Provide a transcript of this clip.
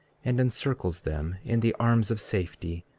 and encircles them in the arms of safety,